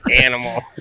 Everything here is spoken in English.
animal